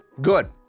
good